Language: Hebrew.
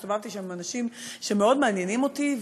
הסתובבתי שם עם אנשים שמאוד מעניינים אותי,